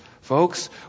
folks